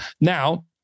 Now